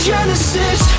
Genesis